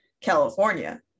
California